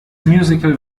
musical